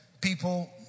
people